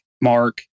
Mark